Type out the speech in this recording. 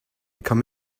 come